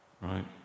Right